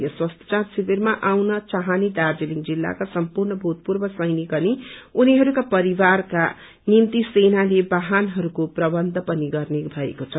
यस स्वास्थ्य जाँच शिविरमा आउन चाहने दार्जीलिङ जिल्लाका सम्पूर्ण भूतपूर्व सैनिक अनि उनिहरूका परिवारका निम्ति सेनाले वाहनहरूकके प्रबन्ध पनि गर्ने भएको छ